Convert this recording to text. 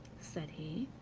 said he,